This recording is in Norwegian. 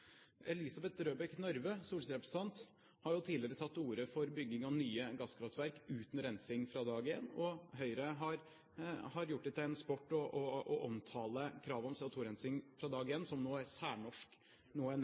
Elisabeth Røbekk Nørve har tidligere tatt til orde for bygging av nye gasskraftverk uten rensing fra dag én, og Høyre har gjort det til en sport å omtale kravet om CO2-rensing fra dag